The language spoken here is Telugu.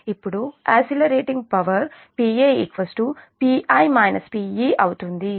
ఇప్పుడు accelerating power Pa Pi - Pe అవుతుంది